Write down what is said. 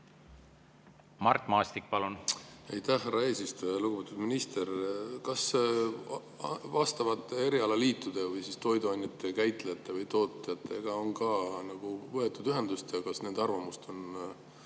Mart Maastik, palun! Aitäh, härra eesistuja! Lugupeetud minister! Kas vastavate erialaliitude või toiduainete käitlejate või tootjatega on ka võetud ühendust? Kas nende arvamust on